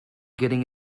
getting